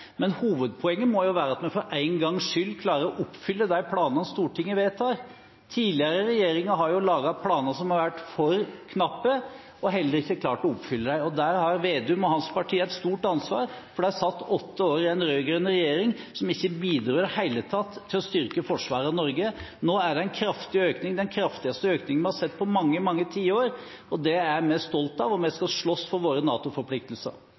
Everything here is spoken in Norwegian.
men hovedpoenget må være at vi for en gangs skyld klarer å oppfylle de planene Stortinget vedtar. Tidligere regjeringer har jo laget planer som har vært for knappe – og heller ikke klart å oppfylle dem. Der har representanten Slagsvold Vedum og hans parti et stort ansvar, for partiet satt åtte år i en rød-grønn regjering som ikke bidro i det hele tatt til å styrke forsvaret av Norge. Nå er det en kraftig økning, den kraftigste økningen vi har sett på mange, mange tiår. Det er vi stolte av, og vi skal slåss for våre